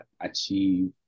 achieve